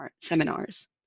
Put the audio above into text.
seminars